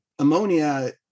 Ammonia